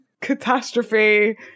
catastrophe